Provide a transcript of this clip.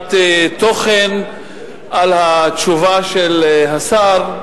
מבחינת התוכן על התשובה של השר.